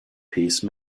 piece